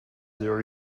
there